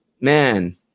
Man